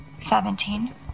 seventeen